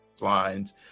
lines